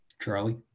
charlie